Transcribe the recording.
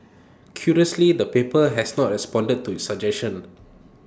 curiously the paper has not responded to suggestion